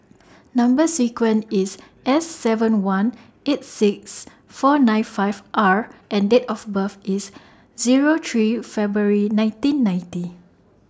Number sequence IS S seven one eight six four nine five R and Date of birth IS Zero three February nineteen ninety